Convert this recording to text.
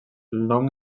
nom